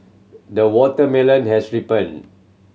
the watermelon has ripened